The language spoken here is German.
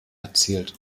erzielt